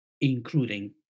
including